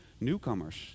newcomers